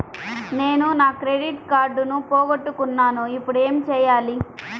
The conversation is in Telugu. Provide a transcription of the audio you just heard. నేను నా క్రెడిట్ కార్డును పోగొట్టుకున్నాను ఇపుడు ఏం చేయాలి?